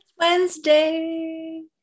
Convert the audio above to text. Wednesday